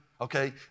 okay